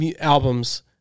albums